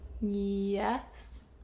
yes